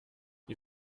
die